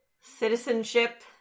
citizenship